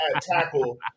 tackle